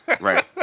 Right